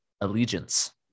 allegiance